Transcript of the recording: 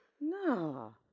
No